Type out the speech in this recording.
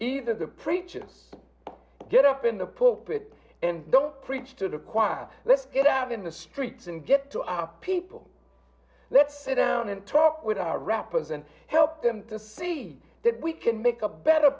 either the preachers get up in the pulpit and don't preach to the choir let's get out in the streets and get to our people let's sit down and talk with our rappers and help them to see that we can make a better